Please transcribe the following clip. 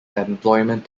employment